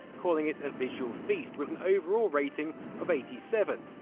calling it a visual feast, with an overall rating of eighty seven,